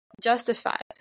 justified